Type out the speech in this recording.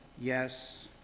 yes